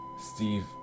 Steve